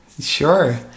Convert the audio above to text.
Sure